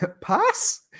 Pass